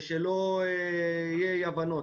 כדי שלא יהיו אי הבנות,